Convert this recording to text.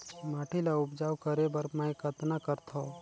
माटी ल उपजाऊ करे बर मै कतना करथव?